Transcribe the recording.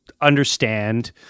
understand